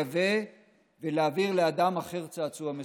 לייבא ולהעביר לאדם אחר צעצוע מסוכן.